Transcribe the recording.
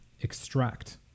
extract